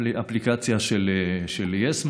אפליקציה של יס.